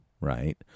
right